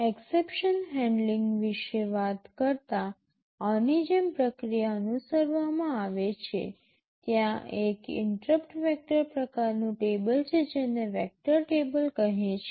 exception handling વિશે વાત કરતા આની જેમ પ્રક્રિયા અનુસરવામાં આવે છે ત્યાં એક ઇન્ટરપ્ટ વેક્ટર પ્રકારનું ટેબલ છે જેને વેક્ટર ટેબલ કહે છે